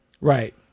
Right